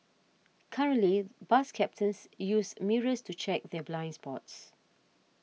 currently bus captains use mirrors to check their blind spots